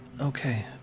Okay